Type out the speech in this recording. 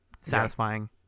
satisfying